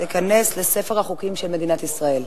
תיכנס לספר החוקים של מדינת ישראל.